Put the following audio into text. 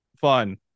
fun